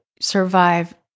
survive